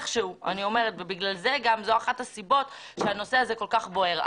זו אחת הסיבות שהנושא הזה כל כך בוער.